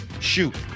Shoot